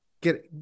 Get